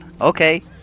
Okay